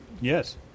Yes